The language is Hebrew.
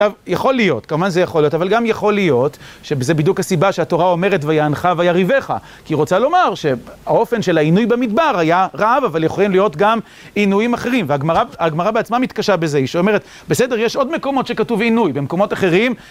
עכשיו, יכול להיות, כמובן זה יכול להיות, אבל גם יכול להיות שזה בדיוק הסיבה שהתורה אומרת, ויענך וירעיבך, כי היא רוצה לומר שהאופן של העינוי במדבר היה רעב, אבל יכולים להיות גם עינויים אחרים והגמרא בעצמה מתקשה בזה, היא שאומרת, בסדר, יש עוד מקומות שכתוב עינוי, במקומות אחרים